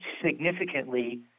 significantly